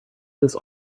this